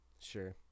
Sure